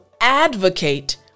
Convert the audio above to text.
advocate